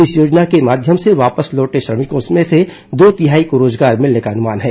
इस योजना के माध्यम से वापस लौटे श्रमिकों में से दो तिहाई को रोजगार मिलने का अनुमान है